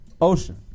Ocean